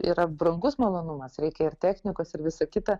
yra brangus malonumas reikia ir technikos ir visa kita